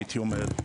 הייתי אומר,